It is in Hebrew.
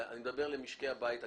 אני מדבר על משקי הבית הקטנים,